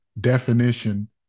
definition